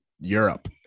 Europe